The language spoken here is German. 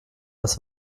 das